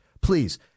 Please